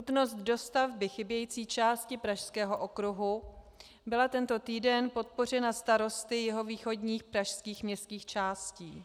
Nutnost dostavby chybějící části Pražského okruhu byla tento týden podpořena starosty jihovýchodních pražských městských částí.